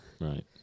Right